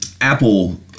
Apple